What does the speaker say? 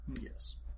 Yes